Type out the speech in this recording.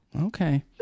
Okay